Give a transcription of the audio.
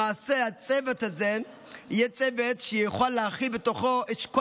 למעשה הצוות הזה יוכל להכיל בתוכו את כל